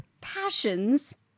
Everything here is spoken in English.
passions